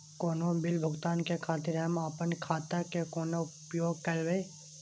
कोनो बील भुगतान के खातिर हम आपन खाता के कोना उपयोग करबै?